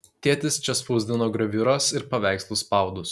tėtis čia spausdino graviūras ir paveikslų spaudus